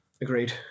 agreed